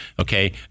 okay